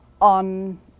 on